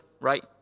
right